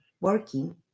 working